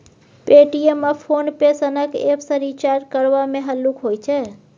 Paytm आ PhonePe सनक app सँ रिचार्ज करबा मे हल्लुक होइ छै